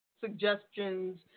suggestions